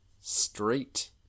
Street